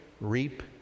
reap